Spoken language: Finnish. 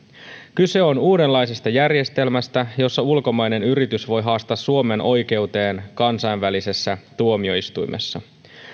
kyse on uudenlaisesta järjestelmästä jossa ulkomainen yritys voi haastaa suomen oikeuteen kansainvälisessä tuomioistuimessa